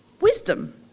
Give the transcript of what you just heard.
wisdom